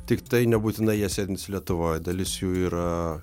tiktai nebūtinai jie sėdintys lietuvoj dalis jų yra